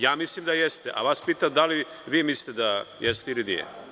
Ja mislim da jeste, a vas pitam da li vi mislite da jeste ili nije?